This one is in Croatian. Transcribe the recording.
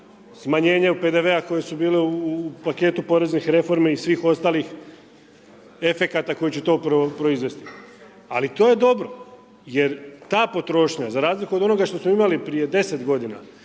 smanjenje PDV-a koje su bile u paketu poreznih reforme i svih ostalih efekata koji će to proizvesti. Ali to je dobro, jer ta potrošnja za razliku od onoga što smo imali prije 10 godina,